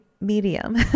medium